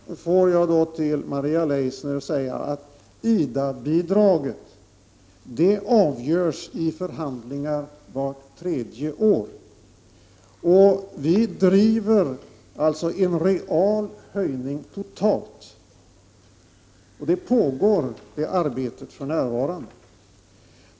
Fru talman! Får jag då till Maria Leissner säga att IDA-bidraget avgörs i förhandlingar vart tredje år. Vi driver alltså uppfattningen att det skall vara en real höjning totalt, och det arbetet pågår för närvarande.